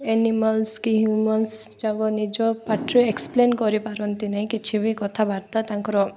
animals କି humans ଯାକ ନିଜ ପାଠରେ ଏକ୍ସପ୍ଲେନ୍ କରିପାରନ୍ତି ନାହିଁ କିଛି ବି କଥାବାର୍ତ୍ତା ତାଙ୍କର